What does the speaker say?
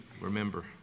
remember